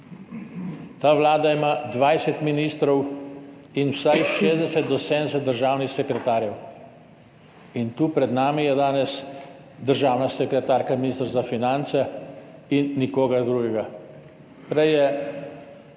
Ta vlada ima 20 ministrov in vsaj 60 do 70 državnih sekretarjev in tu pred nami je danes državna sekretarka Ministrstva za finance in nihče drug. Prej je